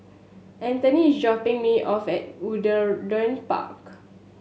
Anthoney is dropping me off at Woollerton Park